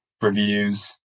reviews